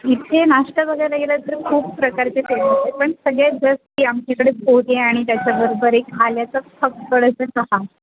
इथे नाश्ता बघायला गेलात तर खूप प्रकारचे फेमस आहे पण सगळ्यात जास्त आमच्याकडे पोहे आणि त्याच्याबरोबर एक आल्याचं फक्कड असं चहा